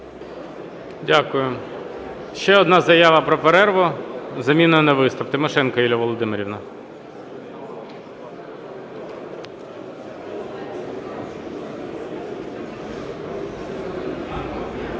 Дякую. Ще одна заява про перерву із заміною на виступ. Тимошенко Юлія Володимирівна.